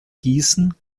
gießen